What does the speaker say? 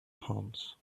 palms